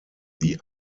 die